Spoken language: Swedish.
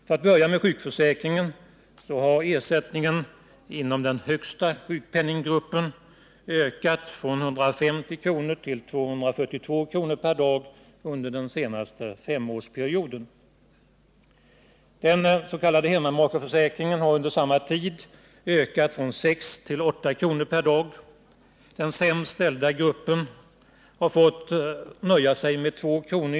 För att börja med sjukförsäkringen så har ersättningen inom den högsta sjukpenninggruppen ökat från 150 till 242 kr. per dag under den senaste femårsperioden. Den s.k. hemmamakeförsäkringen har under samma tid ökat från 6 till 8 kr. per dag. Den sämst ställda gruppen har fått nöja sig med 2 kr.